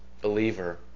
believer